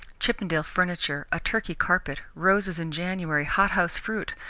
chippendale furniture, a turkey carpet, roses in january, hothouse fruit,